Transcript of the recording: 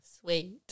Sweet